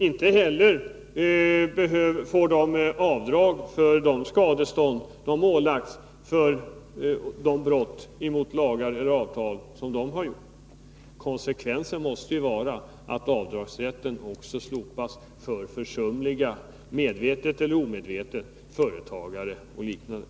Inte heller får de göra avdrag för det skadestånd de ålagts för de brott emot lagar och avtal som de har begått. Konsekvensen måste vara att avdragsrätten slopas för — medvetet eller omedvetet — försumliga, företagare och andra.